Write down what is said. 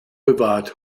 bewahrt